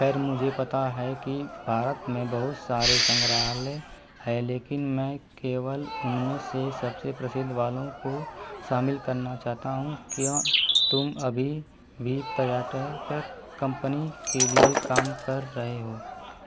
ख़ैर मुझे पता है कि भारत में बहुत सारे सन्ग्रहालय हैं लेकिन मैं केवल उनमें से सबसे प्रसिद्ध वालों को शामिल करना चाहता हूँ क्या तुम अभी भी पर्यटक कम्पनी के लिए काम कर रहे हो